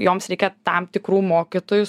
joms reikia tam tikrų mokytojų